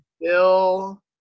Bill